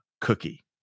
cookie